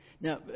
Now